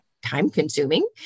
time-consuming